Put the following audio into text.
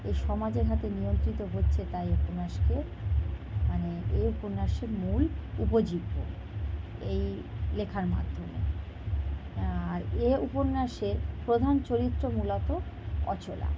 এ সমাজের হাতে নিয়ন্ত্রিত হচ্ছে তা এই উপন্যাসকে মানে এই উপন্যাসে মূল উপজীব্য এই লেখার মাধ্যমে আর এ উপন্যাসের প্রধান চরিত্র মূলত অচলা